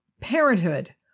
parenthood